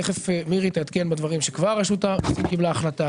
תכף מירי תעדכן בדברים שכבר רשות המיסים קיבלה החלטה.